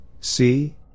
see